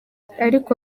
ariko